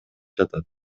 жатат